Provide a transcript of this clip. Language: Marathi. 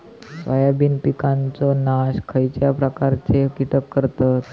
सोयाबीन पिकांचो नाश खयच्या प्रकारचे कीटक करतत?